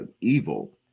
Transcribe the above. evil